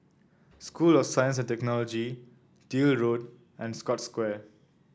school of Science Technology Deal Road and Scotts Square